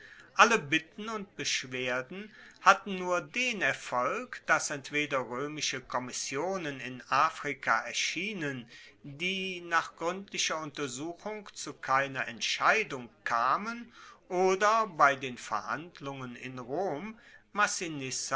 alle bitten und beschwerden hatten nur den erfolg dass entweder roemische kommissionen in afrika erschienen die nach gruendlicher untersuchung zu keiner entscheidung kamen oder bei den verhandlungen in rom